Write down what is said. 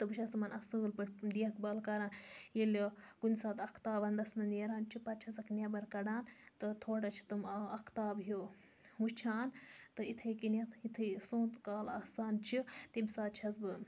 تہٕ بہٕ چھَس تِمَن پٲٹھۍ دیکھ بال کَران ییٚلہِ کُنہِ ساتہٕ اَختاب وَندَس مَنٛز نیران چھُ پَتہٕ چھَسَکھ نیٚبر کَڑان تہٕ تھوڑا چھِ تِم اَختاب ہیٚو وٕچھان تہٕ اِتھےکٔنیٚتھ یِتھُے سونتہٕ کال آسان چھِ تمہِ ساتہٕ چھَس بہٕ